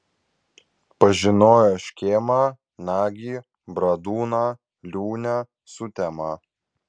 pažinojo škėmą nagį bradūną liūnę sutemą